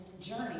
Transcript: journey